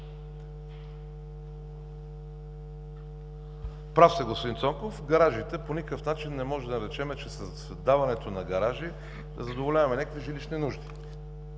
Прав сте, господин Цонков, гаражите по никакъв начин не можем да наречем, че с даването на гаражи задоволяваме някакви жилищни нужди.